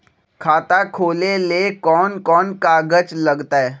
खाता खोले ले कौन कौन कागज लगतै?